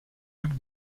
luc